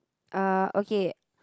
uh okay